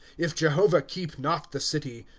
if jehovah keep not the city,